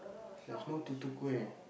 there's no tutu-kueh